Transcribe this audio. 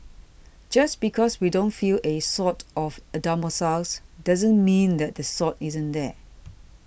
just because we don't feel a Sword of Damocles doesn't mean that the sword isn't there